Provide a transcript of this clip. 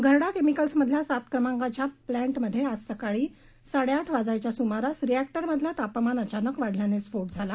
घरडा केमिकल्समधल्या सात क्रमांकाच्या प्लॅंटमध्ये आज सकाळी साडेआठ वाजण्याच्या सुमारास रिअॅक्टरमधलं तापमान अचानक वाढल्यानं स्फोट झाला